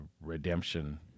redemption